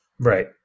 Right